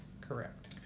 Correct